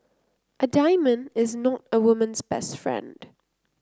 a diamond is not a woman's best friend